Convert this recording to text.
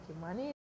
money